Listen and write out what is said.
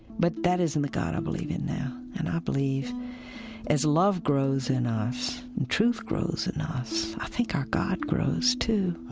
but that isn't the god i believe in now. now and i believe as love grows in us and truth grows in us, i think our god grows, too